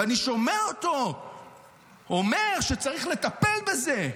ואני שומע אותו אומר שצריך לטפל בזה.